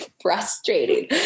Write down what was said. frustrating